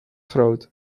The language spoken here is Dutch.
groot